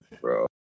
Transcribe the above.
bro